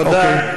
בסדר.